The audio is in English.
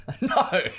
No